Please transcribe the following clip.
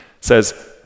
says